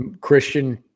Christian